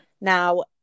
Now